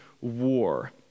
war